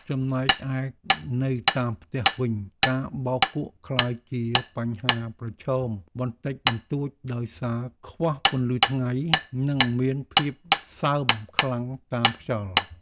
ចំណែកឯនៅតាមផ្ទះវិញការបោកគក់ក្លាយជាបញ្ហាប្រឈមបន្តិចបន្តួចដោយសារខ្វះពន្លឺថ្ងៃ និងមានភាពសើមខ្លាំងតាមខ្យល់។